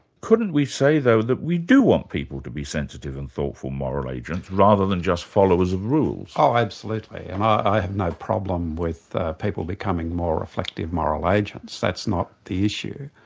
couldn't we say though, that we do want people to be sensitive and thoughtful moral agents rather than just followers of rules? oh, absolutely, and i have no problem with people becoming more reflective moral agents, that's not the issue.